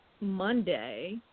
Monday